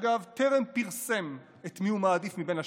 אגב, טרם פרסם את מי הוא מעדיף מבין השניים,